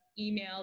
email